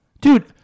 Dude